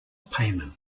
payment